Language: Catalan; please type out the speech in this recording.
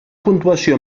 puntuació